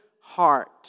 heart